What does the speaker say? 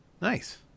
Nice